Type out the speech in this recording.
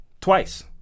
twice